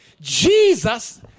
Jesus